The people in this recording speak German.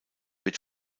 wird